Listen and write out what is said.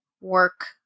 work